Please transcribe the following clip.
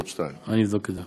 בערוץ 2. אני אבדוק את זה.